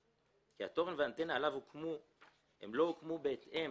כי התורן והאנטנה שעליו לא הוקמו בהתאם